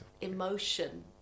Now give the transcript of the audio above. emotion